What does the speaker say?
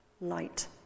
light